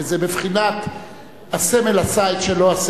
וזה בבחינת הסמל עשה את שלו,